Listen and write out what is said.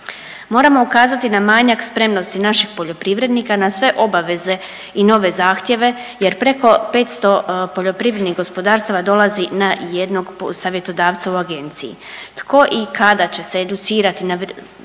Moramo ukazati na manjak spremnosti naših poljoprivrednika na sve obaveze i nove zahtjeve, jer preko 500 poljoprivrednih gospodarstava dolazi na jednog savjetodavca u agenciji. Tko i kada će se educirati